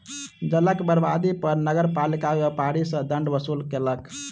जलक बर्बादी पर नगरपालिका व्यापारी सॅ दंड वसूल केलक